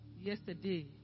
yesterday